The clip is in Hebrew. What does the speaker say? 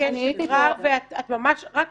בקשב רב, ורק